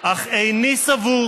איני סבור